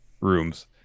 rooms